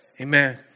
Amen